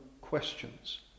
questions